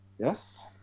Yes